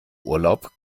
urlaub